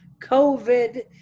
COVID